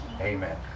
Amen